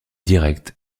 directe